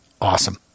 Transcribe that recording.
awesome